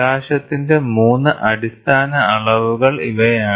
പ്രകാശത്തിന്റെ 3 അടിസ്ഥാന അളവുകൾ ഇവയാണ്